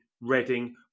Reading